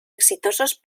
exitosos